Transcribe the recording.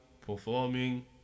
performing